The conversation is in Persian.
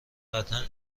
قطعا